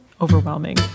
overwhelming